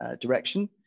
direction